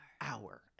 hour